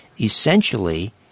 essentially